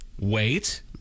wait